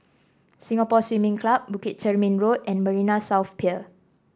Singapore Swimming Club Bukit Chermin Road and Marina South Pier